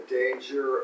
danger